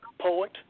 poet